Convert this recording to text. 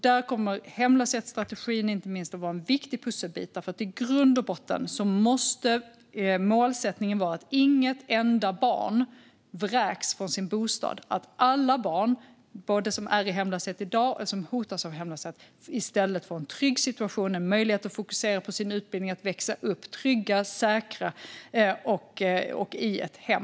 Där kommer inte minst hemlöshetsstrategin att vara en viktig pusselbit. I grund och botten måste målsättningen vara att inget enda barn ska vräkas från sin bostad och att alla barn, både de som är i hemlöshet i dag och de som hotas av hemlöshet, i stället ska få en trygg situation, möjlighet att fokusera på sin utbildning och växa upp trygga och säkra i ett hem.